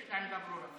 יש לה עמדה ברורה.